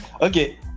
Okay